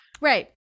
Right